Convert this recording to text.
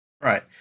right